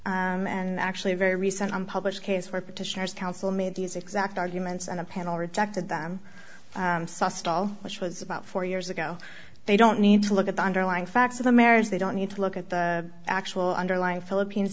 hendrix and actually very recent unpublished case where petitioners counsel made these exact arguments and a panel rejected them which was about four years ago they don't need to look at the underlying facts of the marriage they don't need to look at the actual underlying philippines